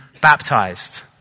baptized